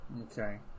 Okay